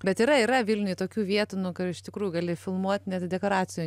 bet yra yra vilniuj tokių vietų nu kur iš tikrųjų gali filmuot net dekoracijų